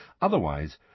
Otherwise